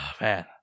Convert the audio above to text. man